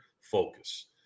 focus